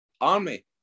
army